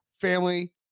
family